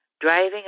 driving